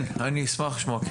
כן, אני אשמח לשמוע.